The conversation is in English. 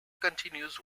continues